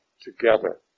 together